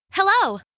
Hello